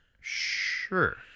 Sure